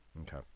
Okay